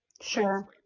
Sure